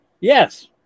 Yes